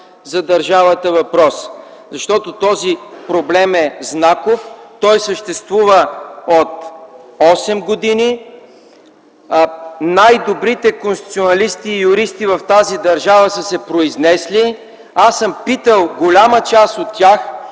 за държавата въпрос. Защото този проблем е знаков, той съществува от 8 години. Най-добрите конституционалисти и юристи в тази държава са се произнесли. Аз съм питал голяма част от тях,